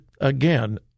again